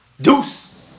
Deuce